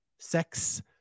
sex